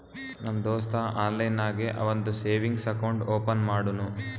ನಮ್ ದೋಸ್ತ ಆನ್ಲೈನ್ ನಾಗೆ ಅವಂದು ಸೇವಿಂಗ್ಸ್ ಅಕೌಂಟ್ ಓಪನ್ ಮಾಡುನೂ